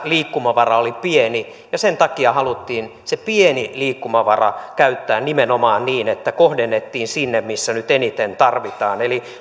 liikkumavara oli pieni ja sen takia haluttiin se pieni liikkumavara käyttää nimenomaan niin että kohdennettiin sinne missä nyt eniten tarvitaan eli